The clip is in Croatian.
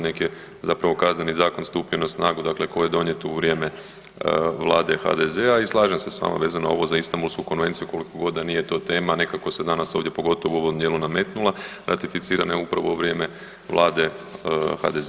Nek je zapravo Kazneni zakon stupio na snagu dakle koji je donijet u vrijeme vlade HDZ-a i slažem se s vama vezano ovo za Istambulsku konvenciju koliko god da nije to tema nekako se danas ovdje pogotovo u ovom dijelu nametnula, ratificirana je upravo u vrijeme vlade HDZ-a.